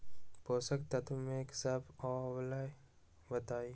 पोषक तत्व म की सब आबलई बताई?